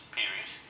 period